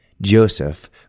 Joseph